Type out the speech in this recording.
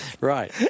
Right